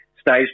stage